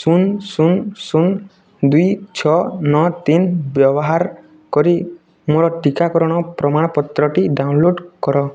ଶୂନ ଶୂନ ଶୂନ ଦୁଇ ଛଅ ନଅ ତିନି ବ୍ୟବହାର କରି ମୋର ଟିକାକରଣର ପ୍ରମାଣପତ୍ରଟି ଡ଼ାଉନଲୋଡ଼୍ କର